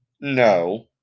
No